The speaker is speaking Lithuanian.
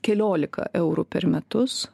keliolika eurų per metus